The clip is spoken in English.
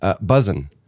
Buzzin